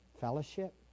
fellowship